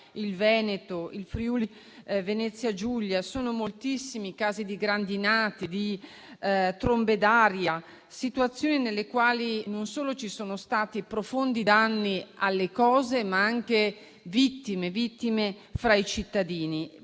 il Veneto, il Friuli-Venezia Giulia, sono moltissimi i casi di grandinate e di trombe d'aria; situazioni nelle quali ci sono stati non solo profondi danni alle cose, ma anche vittime fra i cittadini.